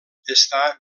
està